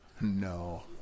No